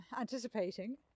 anticipating